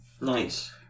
Nice